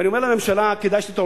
ואני אומר לממשלה, כדאי שתתעוררו